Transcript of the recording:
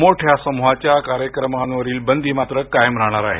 मोठ्या समूहाच्या कार्यक्रमावरील बंदी मात्र कायम राहणार आहे